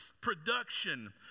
production